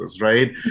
right